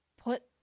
put